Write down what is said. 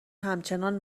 همچنان